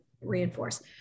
Reinforce